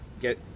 get